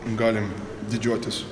galim didžiuotis